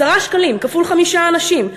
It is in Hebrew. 10 שקלים כפול חמישה אנשים,